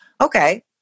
okay